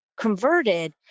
converted